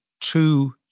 two